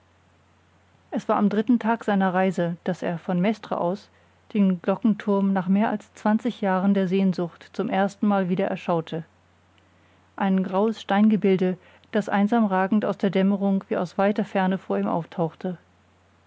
es war am dritten tag seiner reise daß er von mestre aus den glockenturm nach mehr als zwanzig jahren der sehnsucht zum erstenmal wieder erschaute ein graues steingebilde das einsam ragend aus der dämmerung wie aus weiter ferne vor ihm auftauchte